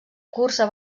cursa